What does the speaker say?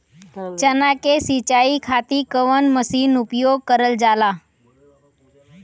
चना के सिंचाई खाती कवन मसीन उपयोग करल जाला?